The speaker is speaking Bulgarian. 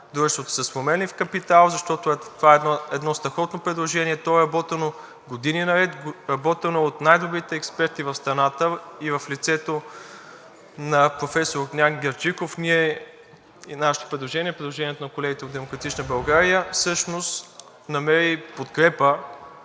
дружество с променлив капитал, защото това е едно страхотно предложение. То е работено години наред, работено е от най-добрите експерти в страната. В лицето на професор Огнян Герджиков нашето предложение, предложението на колегите от „Демократична България“ всъщност намери подкрепа.